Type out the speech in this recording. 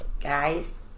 Guys